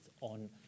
on